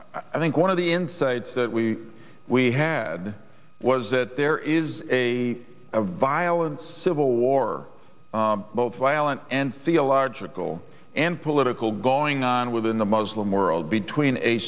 i think one of the insights that we we had was that there is a a violent civil war both violent and theological and political going on within the muslim world between a